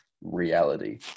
reality